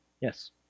Yes